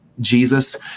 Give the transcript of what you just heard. Jesus